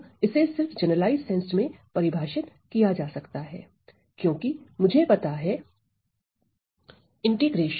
अतः इसे सिर्फ जनरलाइज्ड सेंस में परिभाषित किया जा सकता है क्योंकि मुझे पता है 𝜹1dx1